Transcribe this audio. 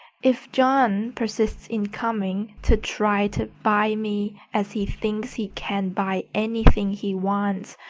if john persists in coming, to try to buy me, as he thinks he can buy anything he wants,